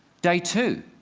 day two